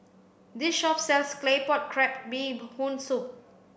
this shop sells claypot crab bee hoon soup